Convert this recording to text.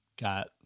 got